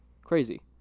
crazy